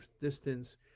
distance